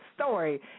story